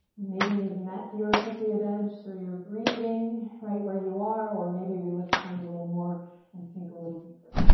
maybe you've met your appropriate edge so you're breathing right where you are or maybe you lift the arms a little more and sink a little deeper.